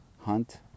hunt